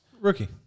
Rookie